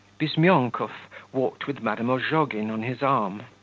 bizmyonkov walked with madame ozhogin on his arm,